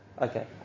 Okay